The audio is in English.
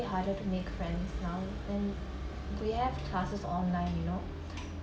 it harder to make friends now and we have classes online you know